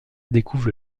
découvre